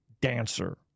dancer